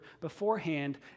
beforehand